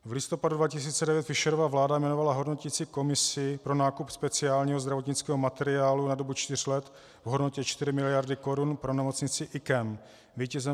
V listopadu 2009 Fischerova vláda jmenovala hodnoticí komisi pro nákup speciálního zdravotnického materiálu na dobu čtyř let v hodnotě 4 mld. korun pro nemocnici IKEM.